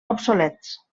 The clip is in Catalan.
obsolets